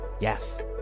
Yes